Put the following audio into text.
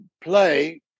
play